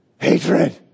hatred